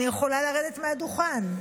אני יכולה לרדת מהדוכן,